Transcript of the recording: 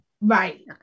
Right